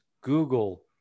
Google